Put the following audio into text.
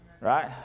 right